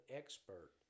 expert